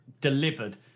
delivered